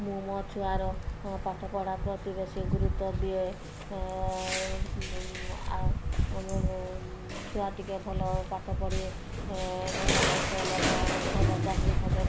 ମୁଁ ମୋ ଛୁଆର ପାଠ ପଢ଼ା ପ୍ରତି ବେଶୀ ଗୁରୁତ୍ୱ ଦିଏ ଛୁଆ ଟିକେ ଭଲ ପାଠ ପଢ଼ି ଭଲ ମଣିଷ ହେଲେ ଭଲ ଚାକିରି ଖଣ୍ଡେ